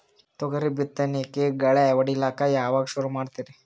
ತೊಗರಿ ಬಿತ್ತಣಿಕಿಗಿ ಗಳ್ಯಾ ಹೋಡಿಲಕ್ಕ ಯಾವಾಗ ಸುರು ಮಾಡತೀರಿ?